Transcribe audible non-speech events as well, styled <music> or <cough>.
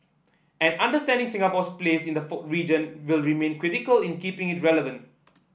and understanding Singapore's place in the <unintelligible> region will remain critical in keeping relevant